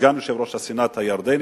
עם סגן יושב-ראש הסנאט הירדני.